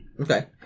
Okay